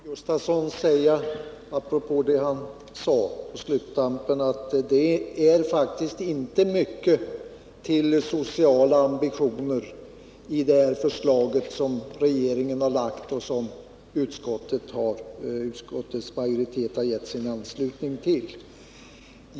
Herr talman! Jag vill till Wilhelm Gustafsson säga apropå det han anförde på sluttampen av sitt anförande, att det faktiskt inte är mycket av sociala ambitioner i det förslag som regeringen har lagt fram och som utskottets majoritet har givit sin anslutning till.